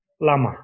Lama